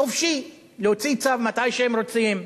חופשי, להוציא צו מתי שהם רוצים,